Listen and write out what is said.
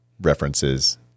references